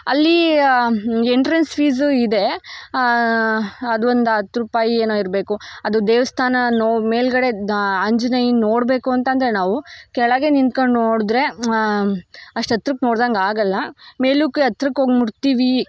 ಅಲ್ಲಿ entrance fees ಇದೆ ಅದು ಒಂದು ಹತ್ತು ರೂಪಾಯಿ ಏನೋ ಇರಬೇಕು ಅದು ದೇವಸ್ಥಾನ ನೋ ಮೇಲುಗಡೆ ಆ ಆಂಜನೇಯನ್ನ ನೋಡಬೇಕು ಅಂತಂದರೆ ನಾವು ಕೆಳಗೆ ನಿಂತ್ಕೊಂಡ್ ನೋಡಿದ್ರೆ ಅಷ್ಟು ಹತ್ರಕ್ಕೆ ನೋಡ್ದಂಗೆ ಆಗೋಲ್ಲ ಮೇಲಕ್ಕೆ ಹತ್ರಕ್ಕೆ ಹೋಗ್ ಮುಟ್ತೀವಿ